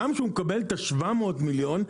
גם כשהוא מקבל את ה-700 מיליון,